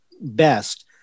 best